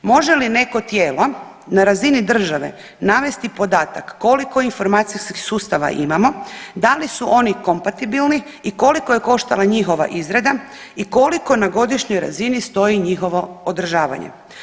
Može li neko tijelo na razini države navesti podatak koliko informacijskih sustava imamo, da li su oni kompatibilni i koliko je koštala njihova izrada i koliko na godišnjoj razini stoji njihovo održavanje.